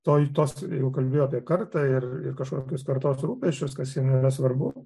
toj tos jau kalbėjo apie kartą ir kažkokius kartos rūpesčius kas jiem yra svarbu